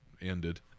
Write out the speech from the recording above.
ended